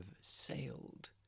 sailed